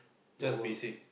just basic